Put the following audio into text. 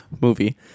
movie